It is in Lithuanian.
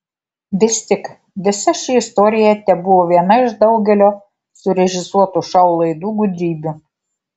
vis tik visa ši istorija tebuvo viena iš daugelio surežisuotų šou laidų gudrybių